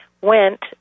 went